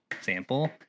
sample